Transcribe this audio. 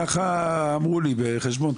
ככה אמרו לי בחשבון,